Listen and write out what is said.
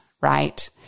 right